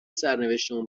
سرنوشتمون